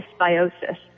dysbiosis